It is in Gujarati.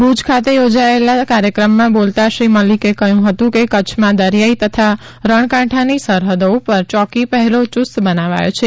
ભૂજ ખાતે યોજાયેલા કાર્યક્રમમાં બોલતાં શ્રી મલીકે કહ્યું હતું કે કચ્છમાં દરિયાઇ તથા રણકાંઠાની સરહદો ઉપર ચોકી પહેરો યૂસ્ત બનાવાયો છે